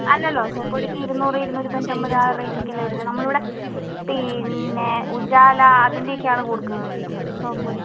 അല്ലല്ലോ സോപ്പുപൊടിക്ക് ഇരുന്നൂറ് ഇരുന്നൂറ്റി തൊണ്ണൂറ്റൊമ്പത് ആ റേറ്റ് ഒക്കെ അല്ലെ വരുന്നത് നമ്മളിവിടെ പിന്നെ ഉജാല അതിൻ്റെ ഒക്കെ ആണ് കൊടുക്കുന്നത് സോപ്പുപൊടി